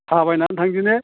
थाबायनानै थांदिनि